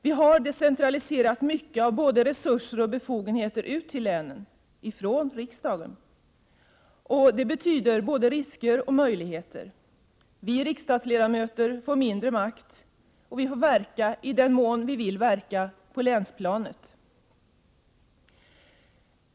Vi har decentraliserat mycket av både resurser och befogenheter ut till länen från riksdagen. Det betyder både risker och möjligheter. Vi riksdagsledamöter får mindre makt, och vi får verka, i den mån vi vill verka, på länsplanet.